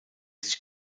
sich